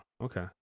Okay